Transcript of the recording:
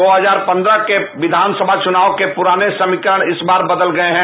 दो हजार पन्द्रह के विवान सना चुनाव के पुराने समीकरण इस बार बदल गये है